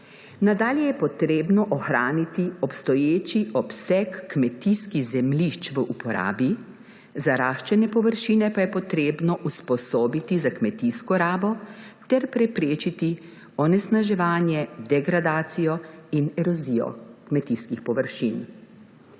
Nadalje je treba ohraniti obstoječi obseg kmetijskih zemljišč v uporabi, zaraščene površine pa je treba usposobiti za kmetijsko rabo ter preprečiti onesnaževanje, degradacijo in erozijo kmetijskih površin.